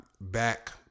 back